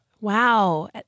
Wow